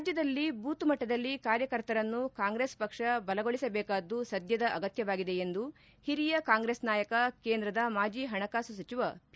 ರಾಜ್ಯದಲ್ಲಿ ಬೂತ್ಮಟ್ಟದಲ್ಲಿ ಕಾರ್ಯಕರ್ತರನ್ನು ಕಾಂಗ್ರೆಸ್ ಪಕ್ಷ ಬಲಗೊಳಿಸಬೇಕಾದ್ದು ಸದ್ಯದ ಅಗತ್ಯವಾಗಿದೆ ಎಂದು ಹಿರಿಯ ಕಾಂಗ್ರೆಸ್ ನಾಯಕ ಕೇಂದ್ರದ ಮಾಜಿ ಹಣಕಾಸು ಸಚಿವ ಪಿ